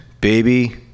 baby